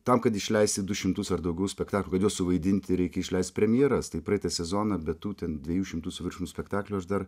tam kad išleisti du šimtus ar daugiau spektaklių kad juos suvaidinti reikia išleist premjeras tai praeitą sezoną be tų ten sviejų šimtų su viršum spektaklių aš dar